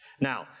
Now